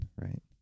Right